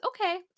Okay